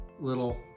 little